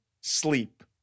sleep